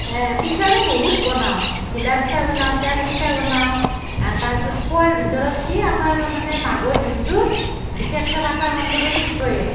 পিঠাৰে বহুত বনাওঁ ঘিলা পিঠা বনাওঁ তেল পিঠা বনাওঁ তাৰ পিছত খোৱাৰ ভিতৰত কি আমাৰ মানে মাঘৰ বিহুটোত বিশেষকে পাঠাৰ মাংসটো থাকবৱে